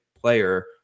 player